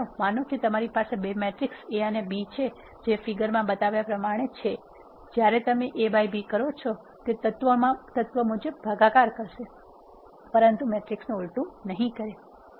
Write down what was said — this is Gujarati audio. તો ચાલો માનો કે તમારી પાસે બે મેટ્રિક્સ A અને B છે આકૃતિમાં બતાવ્યા પ્રમાણે જ્યારે તમે A by B કરો છો તે તત્વ મુજબ ભાગાકાર કરશે પરંતુ મેટ્રિક્સનું ઉલટું નહીં કરે